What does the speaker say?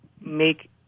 make